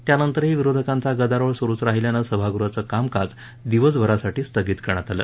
त्यानंतरही विरोधाकांचा गदारोळ सुरुचं राहील्यानं सभागृहाचं कामकाज दिवसभरासाठी स्थगित करण्यात आलं